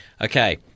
Okay